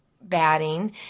batting